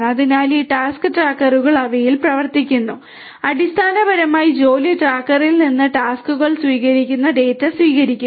അതിനാൽ ഈ ടാസ്ക് ട്രാക്കറുകൾ അവയിൽ പ്രവർത്തിക്കുന്നു അടിസ്ഥാനപരമായി ജോലി ട്രാക്കറിൽ നിന്ന് ടാസ്ക്കുകൾ സ്വീകരിക്കുന്ന ഡാറ്റ സ്വീകരിക്കുന്നു